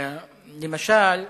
למשל,